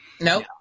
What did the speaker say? No